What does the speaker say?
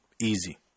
Easy